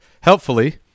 helpfully